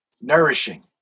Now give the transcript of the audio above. Nourishing